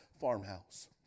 farmhouse